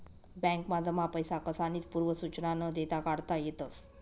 बॅकमा जमा पैसा कसानीच पूर्व सुचना न देता काढता येतस